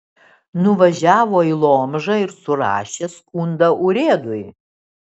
nuvažiavo į lomžą ir surašė skundą urėdui